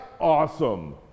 awesome